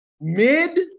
Mid